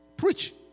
Preach